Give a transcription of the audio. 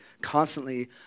constantly